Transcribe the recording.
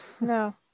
No